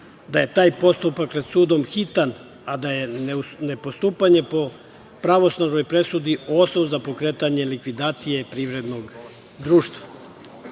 da je taj postupak pred sudom hitan, a d je ne postupanje po pravosnažnoj presudi osnov za pokretanje likvidacije privrednog društva.